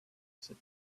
said